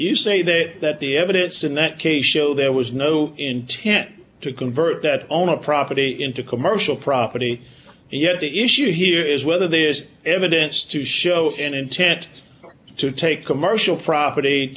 you say that that the evidence in that case show there was no intent to convert that own a property into commercial property yet the issue here is whether this evidence to show an intent to take commercial property